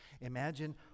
Imagine